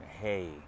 Hey